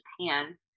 Japan